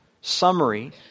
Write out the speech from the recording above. summary